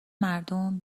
مردم